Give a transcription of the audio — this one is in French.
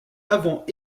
avant